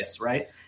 right